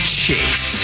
chase